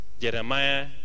Jeremiah